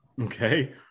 Okay